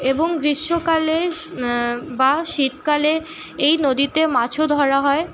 এবং গ্রীষ্মকালে বা শীতকালে এই নদীতে মাছও ধরা হয়